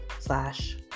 slash